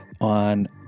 on